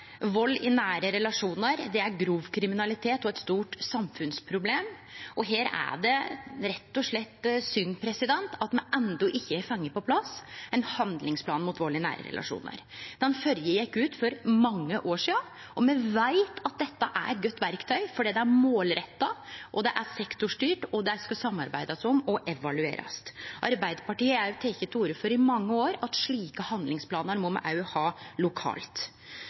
Vald i nære relasjonar er grov kriminalitet og eit stort samfunnsproblem. Det er rett og slett synd at me enno ikkje har fått på plass ein handlingsplan mot vald i nære relasjonar. Den førre gjekk ut for mange år sidan, og me veit at dette er eit godt verktøy fordi det er målretta, det er sektorstyrt, det skal samarbeidast om og evaluerast. Arbeidarpartiet har i mange år teke til orde for at slike handlingsplanar må me òg ha lokalt.